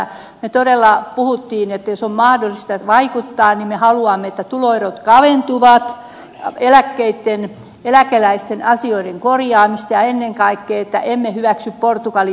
me todella puhuimme että jos on mahdollista vaikuttaa niin me haluamme että tuloerot kaventuvat eläkeläisten asiat korjataan ja ennen kaikkea emme hyväksy portugali tukipakettia